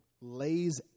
lays